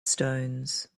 stones